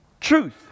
truth